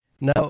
Now